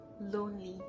lonely